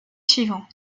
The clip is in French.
suivant